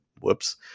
Whoops